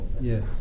Yes